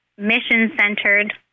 mission-centered